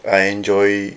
I enjoy